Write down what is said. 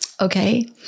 okay